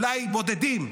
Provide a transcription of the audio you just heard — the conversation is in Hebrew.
אולי בודדים,